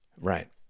Right